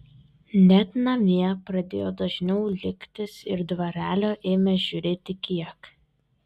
net namie pradėjo dažniau liktis ir dvarelio ėmė žiūrėti kiek